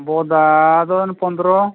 ᱵᱚᱸᱫᱟ ᱫᱚ ᱚᱱᱮ ᱯᱚᱸᱫᱨᱚ